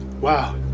wow